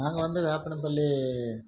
நாங்கள் வந்து வேப்பன பள்ளி